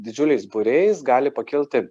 didžiuliais būriais gali pakilti